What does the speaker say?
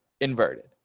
inverted